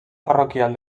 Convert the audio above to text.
parroquial